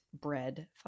bread